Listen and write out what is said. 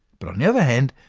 but on the other hand,